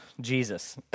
Jesus